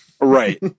right